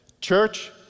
Church